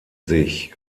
sich